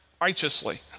righteously